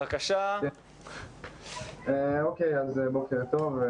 בוקר טוב.